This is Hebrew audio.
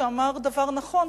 שאמר דבר נכון.